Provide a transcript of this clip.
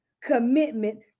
commitment